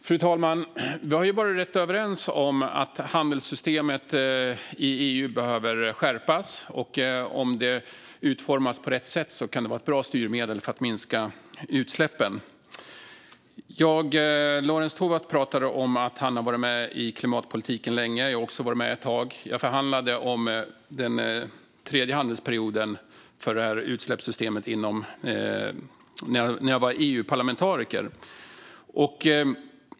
Fru talman! Vi har ju varit rätt överens om att handelssystemet i EU behöver skärpas och att det om det utformas på rätt sätt kan vara ett bra styrmedel för att minska utsläppen. Lorentz Tovatt pratade om att han har varit med i klimatpolitiken länge. Jag har också varit med ett tag. Jag förhandlade om den tredje handelsperioden för utsläppssystemet när jag var EU-parlamentariker.